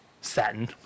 Satin